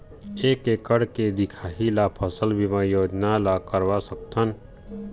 एक एकड़ के दिखाही ला फसल बीमा योजना ला करवा सकथन?